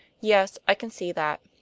yes, i can see that.